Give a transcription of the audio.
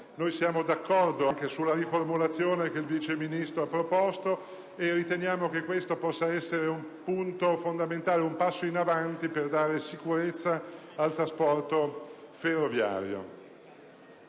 Siamo d'accordo anche sulla riformulazione che il Vice ministro ha proposto e riteniamo che questo possa essere un punto fondamentale, un passo in avanti per dare sicurezza al trasporto ferroviario.